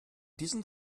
diesen